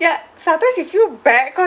ya sometimes you feel bad because